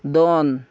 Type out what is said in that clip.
ᱫᱚᱱ